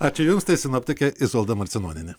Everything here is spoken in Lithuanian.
ačiū jums tai sinoptikė izolda marcinonienė